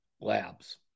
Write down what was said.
labs